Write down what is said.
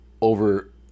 over